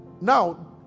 Now